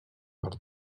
per